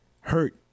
hurt